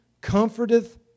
comforteth